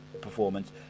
performance